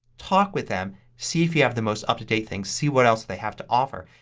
talk with them, see if you have the most up to date thing. see what else they have to offer.